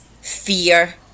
fear